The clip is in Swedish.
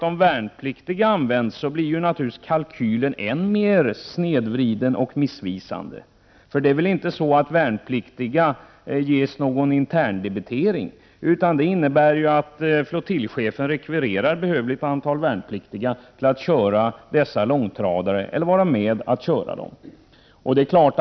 Om värnpliktiga används, blir kalkylen naturligtvis än mer snedvriden och missvisande — för det är väl inte så att de värnpliktiga ges någon interndebitering? Det innebär att flottiljchefen rekvirerar behövligt antal värnpliktiga till att köra eller vara med att köra dessa långtradare.